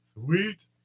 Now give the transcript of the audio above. sweet